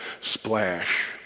splash